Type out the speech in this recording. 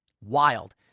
Wild